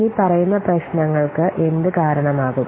ഇനിപ്പറയുന്ന പ്രശ്നങ്ങൾക്ക് എന്ത് കാരണമാകും